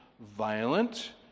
violent